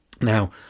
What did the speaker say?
Now